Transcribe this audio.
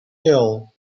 ill